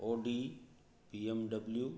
Audi BMW